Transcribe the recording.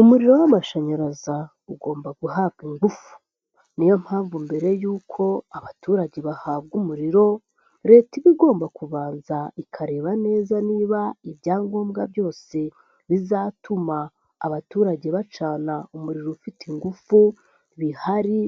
Umuriro w'amashanyarazi ugomba guhabwa ingufu. Niyo mpamvu mbere y'uko abaturage bahabwa umuriro, leta iba igomba kubanza ikareba neza niba ibyangombwa byose bizatuma abaturage bacana umuriro ufite ingufu bihari